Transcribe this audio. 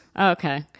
okay